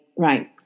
right